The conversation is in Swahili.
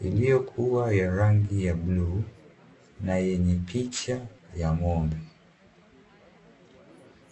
iliyokuwa ya rangi ya bluu na yenye picha ya ngombe.